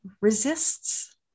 resists